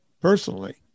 personally